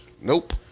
Nope